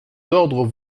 d’ordre